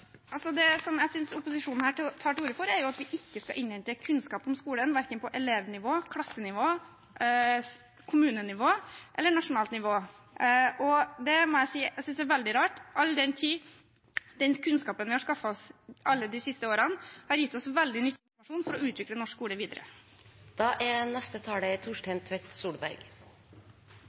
Det som jeg synes opposisjonen her tar til orde for, er at vi ikke skal innhente kunnskap om skolen, verken på elevnivå, klassenivå, kommunenivå eller nasjonalt nivå. Det må jeg si jeg synes er veldig rart, all den tid den kunnskapen vi har skaffet oss de siste årene, har gitt oss veldig nyttig informasjon for å utvikle norsk skole videre. På debatten virker det som om vi i komiteen kanskje burde hatt en leseprøve på innstillinga. Det er